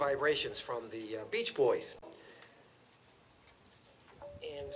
vibrations from the beach boys and